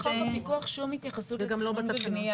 אין בחוק הפיקוח שום התייחסות לתכנון ובנייה.